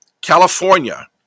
California